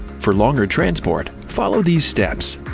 for longer transport, follow these steps.